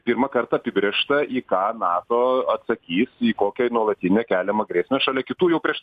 pirmą kartą apibrėžta į ką nato atsakys į kokią nuolatinę keliamą grėsmę šalia kitų jau prieš